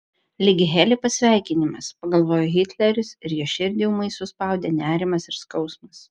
lyg heli pasveikinimas pagalvojo hitleris ir jo širdį ūmai suspaudė nerimas ir skausmas